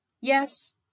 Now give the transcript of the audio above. Yes